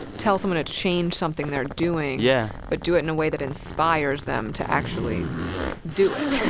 tell someone to change something they're doing, yeah but do it in a way that inspires them to actually do it,